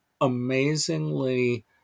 amazingly